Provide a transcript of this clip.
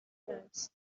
france